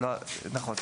נכון.